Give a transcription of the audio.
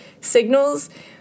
signals